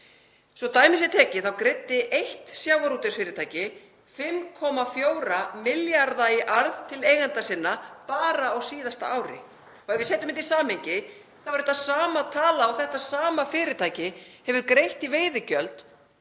Svo að dæmi sé tekið þá greiddi eitt sjávarútvegsfyrirtæki 5,4 milljarða í arð til eigenda sinna bara á síðasta ári. Ef við setjum þetta í samhengi þá er þetta sama tala og þetta sama fyrirtæki hefur greitt í veiðigjöld